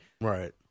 Right